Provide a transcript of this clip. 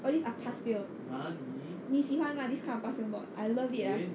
all these are pass fail 你喜欢吗 this kind of pass fail mod I love it ah